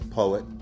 poet